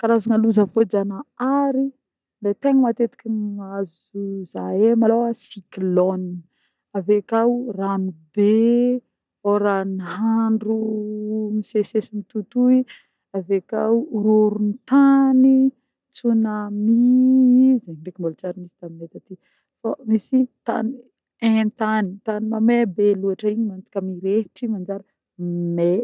Karazagna loza vôjanahary le tegna matetiky mahazo zahe malôha: cyclone, avy akao rano be, ôran'andro misesisesy mitohitohy, avy akao horohoron-tany, tsunami zegny ndreky mbôla tsy ary nisy tamineh taty fô misy tany haintany tany mame be loatra igny mantika mirehitra manjary mé.